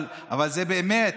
אבל זה באמת.